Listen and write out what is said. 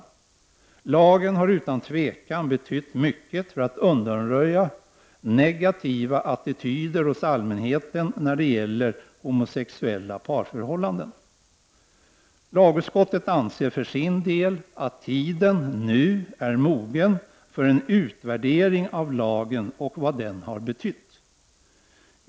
Denna lag har utan tvivel betytt mycket för att undanröja negativa attityder hos allmänheten när det gäller homosexuella parförhållanden. Lagutskottet anser för sin del att tiden nu är mogen för en utvärdering av lagen och vad den har betytt.